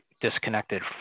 disconnected